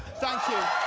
thank you.